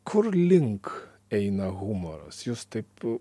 kur link eina humoras jūs taip